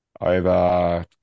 over